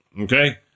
okay